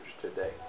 today